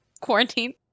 Quarantine